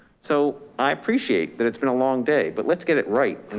so i appreciate that. it's been a long day, but let's get it right. and